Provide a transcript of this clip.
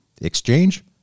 Exchange